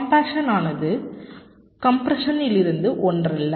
கம்பாக்சனானது கம்ப்ரசனிலிருந்து ஒன்றல்ல